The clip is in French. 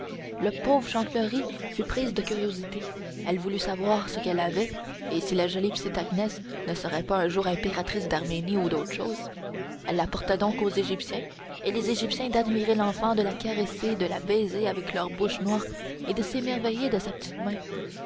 la pauvre chantefleurie fut prise de curiosité elle voulut savoir ce qu'elle avait et si sa jolie petite agnès ne serait pas un jour impératrice d'arménie ou d'autre chose elle la porta donc aux égyptiens et les égyptiennes d'admirer l'enfant de la caresser de la baiser avec leurs bouches noires et de s'émerveiller sur sa petite main